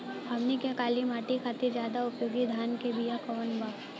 हमनी के काली माटी खातिर ज्यादा उपयोगी धान के बिया कवन बा?